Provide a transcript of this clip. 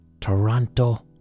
Toronto